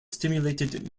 stimulated